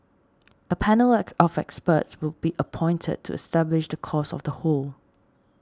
a panel at of experts will be appointed to establish the cause of the hole